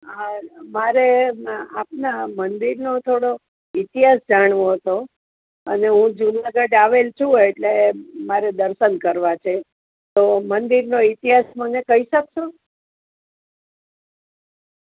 હા મારે આપના મંદિરનો થોડો ઈતિહાસ જાણવો હતો અને હું જૂનાગઢ આવેલ છું એટલે મારે દર્શન કરવા છે તો મંદિરનો ઈતિહાસ મને કહી શકશો